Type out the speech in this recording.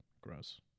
gross